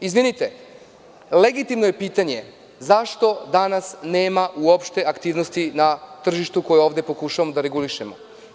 Izvinite, legitimno je pitanje, zašto danas nema uopšte aktivnosti na tržištu koje ovde pokušavamo da regulišemo?